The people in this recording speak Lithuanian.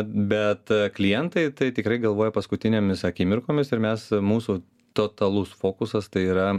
bet klientai tai tikrai galvoja paskutinėmis akimirkomis ir mes mūsų totalus fokusas tai yra